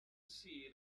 see